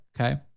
Okay